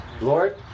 Lord